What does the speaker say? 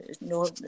no